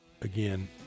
again